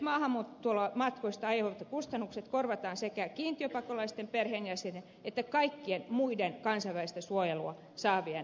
nyt maahantulomatkoista aiheutuvat kustannukset korvataan sekä kiintiöpakolaisten perheenjäsenten että kaikkien muiden kansainvälistä suojelua saavien osalta